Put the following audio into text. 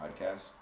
podcast